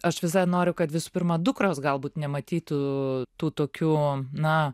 aš visai noriu kad visų pirma dukros galbūt nematytų tų tokių na